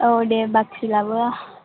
औ दे बाखि लाबोआ